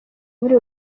muri